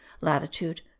latitude